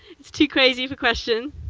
it's too crazy of a question.